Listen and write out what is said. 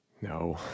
No